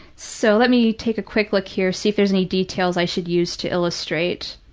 so, let me take a quick look here, see if there's any details i should use to illustrate.